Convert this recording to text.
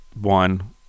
One